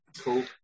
Cool